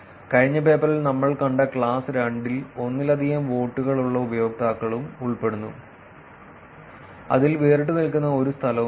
കഴിഞ്ഞ പേപ്പറിൽ നമ്മൾ കണ്ട ക്ലാസ് 2 ൽ ഒന്നിലധികം വോട്ടുകളുള്ള ഉപയോക്താക്കളും ഉൾപ്പെടുന്നു അതിൽ വേറിട്ടുനിൽക്കുന്ന ഒരു സ്ഥലവുമില്ല